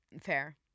Fair